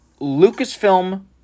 Lucasfilm